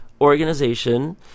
organization